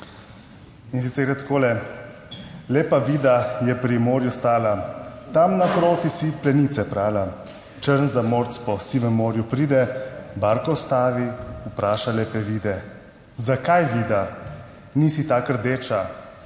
In sicer gre takole: "Lepa Vida je pri morju stala, tam naproti si plenice prala, črn zamorc po sivem morju pride, barko ustavi, vpraša lepe Vide: "Zakaj, Vida, nisi tako rdeča,